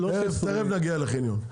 תכף נגיע לחניון.